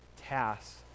tasks